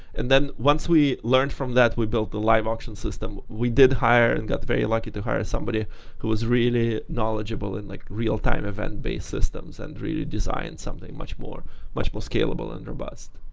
and then once we learned from that, we built the live auction system. we did hire and got very lucky to hire somebody who is really knowledgeable in like real-time event-based systems and really designed something much more much more scalable and robust.